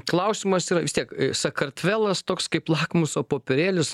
klausimas yra vis tiek i sakartvelas toks kaip lakmuso popierėlis